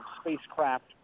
spacecraft